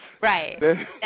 Right